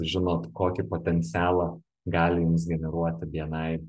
žinot kokį potencialą gali jums generuoti bni